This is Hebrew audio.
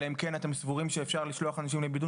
אלא אם כן אתם סבורים שאפשר לשלוח אנשים לבידוד